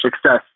success